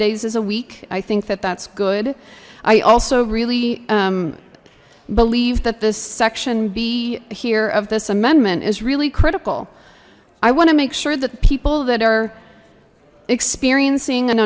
is a week i think that that's good i also really believe that this section be here of this amendment is really critical i want to make sure that people that are experiencing an